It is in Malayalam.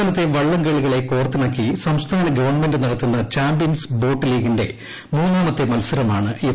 സംസ്ഥാനത്തെ വള്ളം കളികളെ കോർത്തിണക്കി സംസ്ഥാന ഗവൺമെന്റ് നടത്തുന്ന ചാമ്പ്യൻസ് ബോട്ട് ലീഗിന്റെ മൂന്നാമത്തെ മത്സരമാണിത്